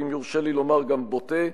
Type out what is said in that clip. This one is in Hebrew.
ואם יורשה לי לומר גם בוטה,